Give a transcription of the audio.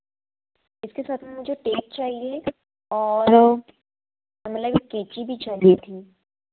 इसके साथ में मुझे टेप चाहिए और हमें लगा केंची भी चाहिए थी